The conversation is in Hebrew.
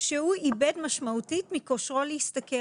שהוא איבד משמעותית מכושרו להשתכר.